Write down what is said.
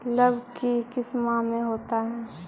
लव की किस माह में होता है?